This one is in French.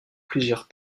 plusieurs